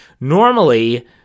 normally